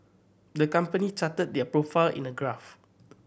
the company charted their profile in a graph